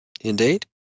Indeed